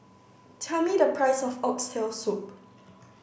tell me the price of oxtail soup